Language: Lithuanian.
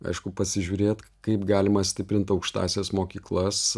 aišku pasižiūrėt kaip galima stiprint aukštąsias mokyklas